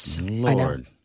Lord